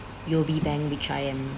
U_O_B bank which I am